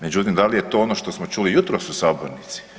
Međutim, dal je to ono što smo čuli jutros u sabornici?